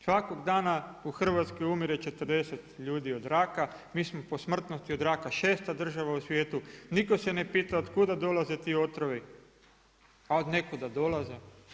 Svakog dana u Hrvatskoj umire 40 ljudi od raka, mi smo po smrtnosti od raka 6. država u svijetu, nitko se ne pita otkuda dolaze ti otrovi, a od nekuda dolaze.